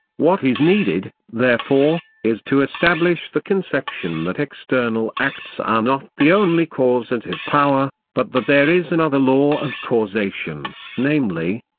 what is needed, therefore, is to establish the conception that external acts are not the only causative power, but that there is another law of causation, namely,